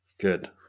Good